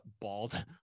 bald